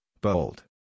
bold